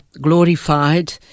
glorified